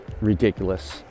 ridiculous